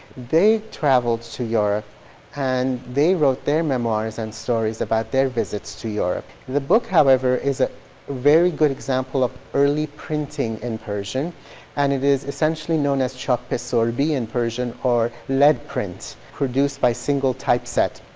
they traveled to europe and they wrote their memoirs and stories about their visits to europe. the book however is a very good example of early printing in persian and it is essentially known as chap-i surbi in persian, or lead prints, produced by single typeset.